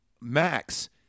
Max